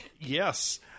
Yes